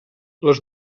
les